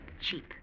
cheap